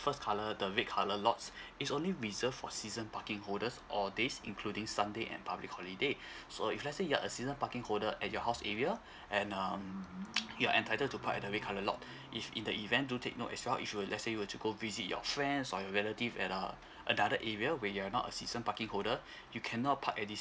first colour the red colour lots it's only reserved for season parking holders all days including sunday and public holiday so if let's say you're a season parking holder at your house area and um you're entitled to park at the red colour lot if in the event do take note as well if you were let's say you were to go visit your friends or your relative at uh another area where you're not a season parking holder you cannot park at this